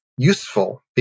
useful